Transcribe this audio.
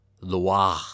Loire